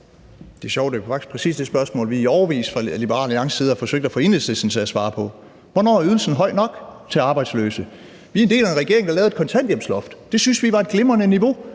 Det er sjovt, for det er faktisk præcis det spørgsmål, vi i årevis fra Liberal Alliances side har forsøgt at få Enhedslisten til at svare på. Hvornår er ydelsen høj nok til arbejdsløse? Vi var en del af en regering, der lavede et kontanthjælpsloft. Det syntes vi var et glimrende niveau,